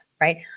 right